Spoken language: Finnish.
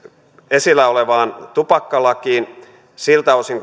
esillä olevaan tupakkalakiin siltä osin